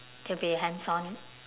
to be hands on